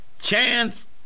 chance